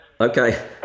Okay